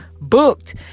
booked